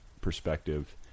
perspective